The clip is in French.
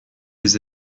les